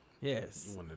yes